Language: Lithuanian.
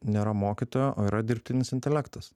nėra mokytojo o yra dirbtinis intelektas